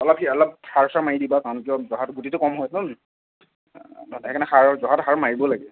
অলপ অলপ সাৰ চাৰ মাৰি দিবা কাৰণ কিয় জহাটোৰ গুটিটো কম হয়তো সেইকাৰণে সাৰ জহাটোত সাৰ মাৰিব লাগে